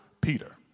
Peter